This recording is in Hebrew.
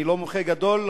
אני לא מומחה גדול,